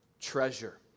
treasure